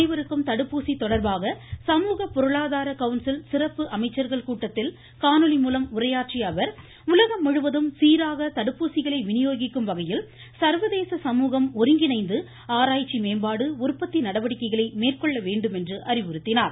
அனைவருக்கும் தடுப்பூசி தொடர்பாக சமூகப் பொருளாதார கவுன்சில் சிறப்பு அமைச்சர்கள் கூட்டத்தில் காணொலி மூலம் உரையாற்றிய அவர் உலகம் முழுவதும் சீராக தடுப்பூசிகளை வினியோகிக்கும் வகையில் சர்வதேச சமூகம் ஒருங்கிணைந்து ஆராய்ச்சி மேம்பாடு உற்பத்தி நடவடிக்கைளை மேற்கொள்ள வேண்டும் என்று அறிவுறுத்தினார்